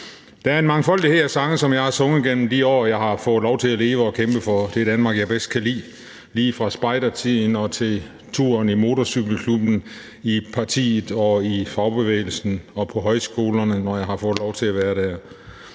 Der er en mangfoldighed af sange, som jeg har sunget gennem de år, jeg har fået lov til at leve og kæmpet for det Danmark, jeg bedst kan lide, lige fra spejdertiden til turen med motorcykelklubben, såvel som i partiet, i fagbevægelsen og på højskolerne, når jeg har fået lov til at være der.